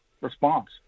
response